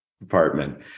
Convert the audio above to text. department